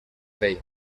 vell